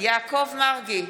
יעקב מרגי,